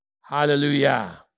Hallelujah